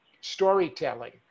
storytelling